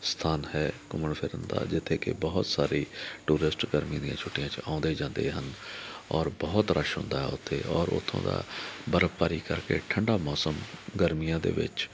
ਸਥਾਨ ਹੈ ਘੁੰਮਣ ਫਿਰਨ ਦਾ ਜਿੱਥੇ ਕਿ ਬਹੁਤ ਸਾਰੀ ਟੂਰਿਸਟ ਗਰਮੀ ਦੀਆਂ ਛੁੱਟੀਆਂ 'ਚ ਆਉਂਦੇ ਜਾਂਦੇ ਹਨ ਔਰ ਬਹੁਤ ਰਸ਼ ਹੁੰਦਾ ਹੈ ਉੱਥੇ ਔਰ ਉੱਥੋਂ ਦਾ ਬਰਫ਼ਬਾਰੀ ਕਰਕੇ ਠੰਡਾ ਮੌਸਮ ਗਰਮੀਆਂ ਦੇ ਵਿੱਚ